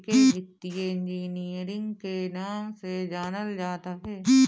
एके वित्तीय इंजीनियरिंग के नाम से जानल जात हवे